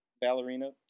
ballerina